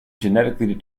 genetically